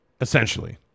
Essentially